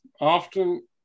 often